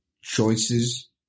choices